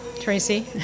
Tracy